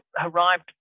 arrived